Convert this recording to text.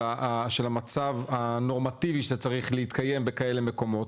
המצב הנורמטיבי שצריך להתקיים בכאלה מקומות,